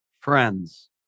friends